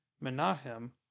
Menahem